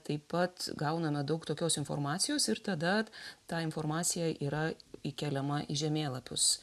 taip pat gauname daug tokios informacijos ir tada ta informacija yra įkeliama į žemėlapius